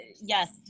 Yes